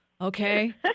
Okay